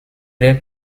est